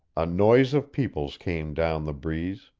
a noise of peoples came down the breeze.